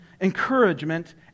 encouragement